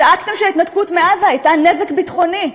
צעקתם שההתנתקות מעזה הייתה נזק ביטחוני.